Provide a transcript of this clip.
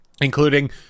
including